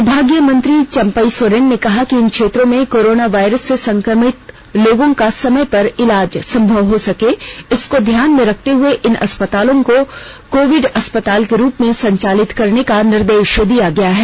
विभागीय मंत्री चंपई सोरेन ने कहा कि इन क्षेत्रो में कोरोना वायरस से संक्रमित लोगों का समय पर इलाज संभव हो सके इसको ध्यान में रखते हए इन अस्पतालों को कोविड अस्पताल के रूप में संचालित करने का निर्देश दिया गया है